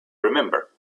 remember